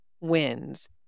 wins